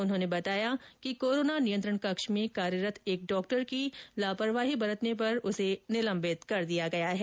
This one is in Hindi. उन्होंने बताया कि कोरोना नियंत्रण कक्ष में कार्यरत एक डॉक्टर की लापरवाही बरतने पर उसे निलंबित कर दिया गया है